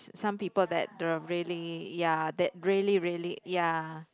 s~ some people that are really ya that really really ya